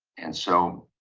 and so